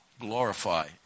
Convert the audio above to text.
glorify